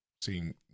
seeing